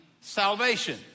salvation